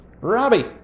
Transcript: Robbie